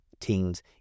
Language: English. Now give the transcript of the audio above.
teams